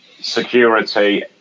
security